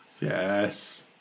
yes